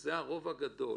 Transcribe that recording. שזה הרוב הגדול,